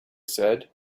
said